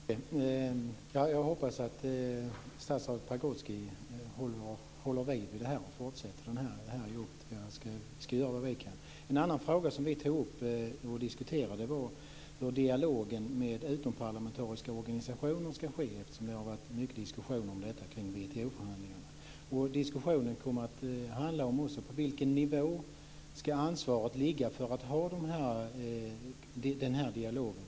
Fru talman! Jag hoppas att statsrådet Pagrotsky håller liv i frågan och fortsätter med det här arbetet. Vi ska göra vad vi kan. En annan fråga som vi diskuterade gällde hur dialogen med utomparlamentariska organisationer ska ske, eftersom det har varit mycket diskussion om detta vid WTO-förhandlingarna. På vilken nivå ska ansvaret ligga för att föra den dialogen?